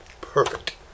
Perfect